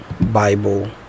Bible